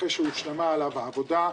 אחרי שהושלמה עליו העבודה.